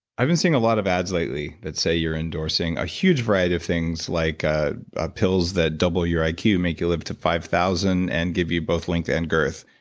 i've been seeing a lot of ads lately that say you're endorsing a huge variety of things like ah ah pills that double your iq, make you live to five thousand and give you both length and girth.